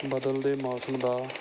ਬਦਲਦੇ ਮੌਸਮ ਦਾ